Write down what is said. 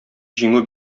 җиңү